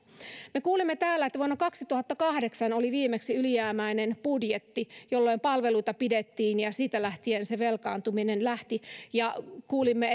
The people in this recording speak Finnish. me kuulimme täällä että vuonna kaksituhattakahdeksan oli viimeksi ylijäämäinen budjetti jolloin palveluita pidettiin ja siitä lähtien se velkaantuminen lähti kuulimme